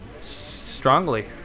strongly